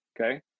Okay